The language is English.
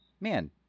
man